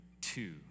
two